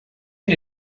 and